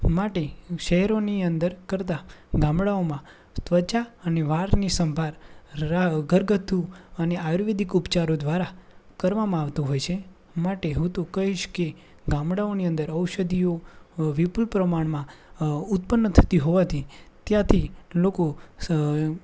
માટે શહેરોની અંદર કરતાં ગામડાઓમાં ત્વચા અને વાળની સંભાળ ઘરગથ્થુ અને આયુર્વેદિક ઉપચારો દ્વારા કરવામાં આવતો હોય છે માટે હું તો કહીશ કે ગામડાઓની અંદર ઔષધિઓ વિપુલ પ્રમાણમાં ઉતપન્ન થતી હોવાથી ત્યાંથી લોકો